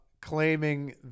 Claiming